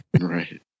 Right